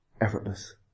effortless